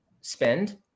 spend